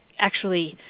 actually,